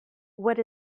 what